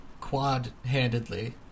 quad-handedly